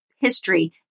history